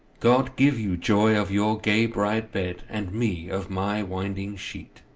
god give you joy of your gay bride-bed, and me of my winding sheet.